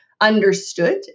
understood